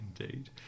indeed